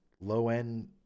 low-end